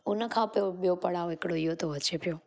उन खां पोइ ॿियो पढ़ाव हिकिड़ो इहो थो अचे पियो